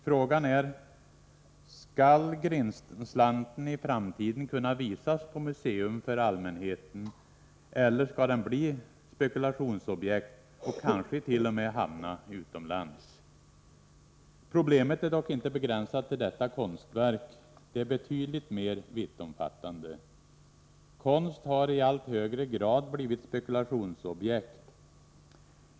Frågan är: Skall Grindslanten i framtiden kunna visas på museum för allmänheten, eller skall den bli spekulationsobjekt och kanske t.o.m. hamna utomlands? hindra att värdefull konst säljs till utlandet Problemet är dock inte begränsat till detta konstverk. Det är betydligt mer vittomfattande. Konst har i allt högre grad blivit spekulationsobjekt.